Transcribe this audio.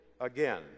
again